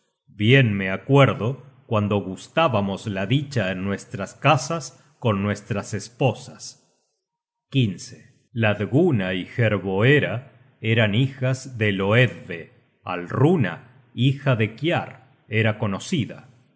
bien me acuerdo cuando gustábamos la dicha en nuestras casas con nuestras esposas lad guna y hervor eran hijas de hloedve alruna hijadekiar era conocida